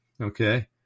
okay